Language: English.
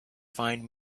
find